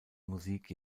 musik